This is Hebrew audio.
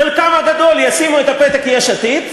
חלקם הגדול ישימו את הפתק יש עתיד,